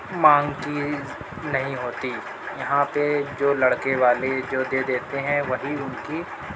مانگ کی نہیں ہوتی یہاں پہ جو لڑکے والے جو دے دیتے ہیں وہی ان کی